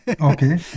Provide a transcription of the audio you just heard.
Okay